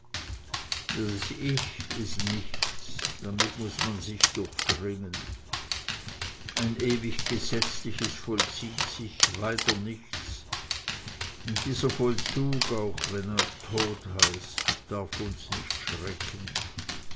das ich ist nichts damit muß man sich durchdringen ein ewig gesetzliches vollzieht sich weiter nichts und dieser vollzug auch wenn er tod heißt darf uns nicht schrecken